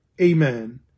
Amen